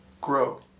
grow